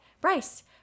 Bryce